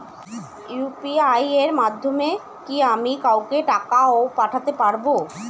UPI এর মাধ্যমে কি আমি কাউকে টাকা ও পাঠাতে পারবো?